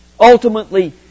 Ultimately